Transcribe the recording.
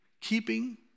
Keeping